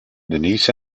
denise